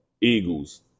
Eagles